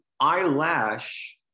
eyelash